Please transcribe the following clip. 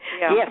Yes